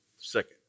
second